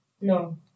No